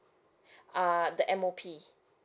uh the M_O_P